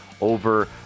over